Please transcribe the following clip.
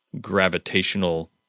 gravitational